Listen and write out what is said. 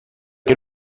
que